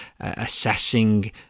assessing